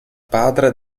padre